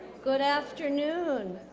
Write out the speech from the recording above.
good afternoon.